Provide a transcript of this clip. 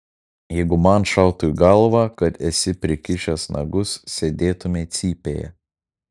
jeigu man šautų į galvą kad esi prikišęs nagus sėdėtumei cypėje